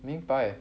明白